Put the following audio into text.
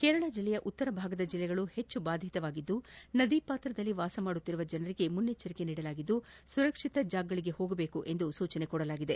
ಕೇರಳ ಜಿಲ್ಲೆಯ ಉತ್ತರ ಭಾಗದ ಜಿಲ್ಲೆಗಳು ಹೆಚ್ಚು ಬಾಧಿತವಾಗಿದ್ದು ನದಿ ಪಾತ್ರಗಳಲ್ಲಿ ವಾಸವಿರುವ ಜನರಿಗೆ ಮುನ್ನೆಚ್ಚರಿಕೆ ನೀದಿದ್ದು ಸುರಕ್ಷಿತ ಪ್ರದೇಶಗಳಿಗೆ ತೆರಳುವಂತೆ ಸೂಚಿಸಲಾಗಿದೆ